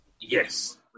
Yes